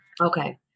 okay